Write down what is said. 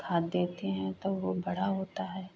खाद देते हैं तब वो बड़ा होता है